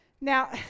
Now